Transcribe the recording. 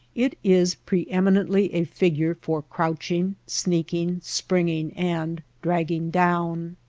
it is pre-eminently a figure for crouching, sneaking, springing, and dragging down.